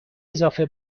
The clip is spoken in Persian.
اضافه